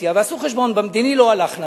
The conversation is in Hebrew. באופוזיציה ועשו חשבון: במדיני לא הלך לנו,